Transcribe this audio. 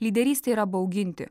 lyderystė yra bauginti